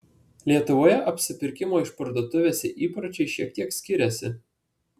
lietuvoje apsipirkimo išparduotuvėse įpročiai šiek tiek skiriasi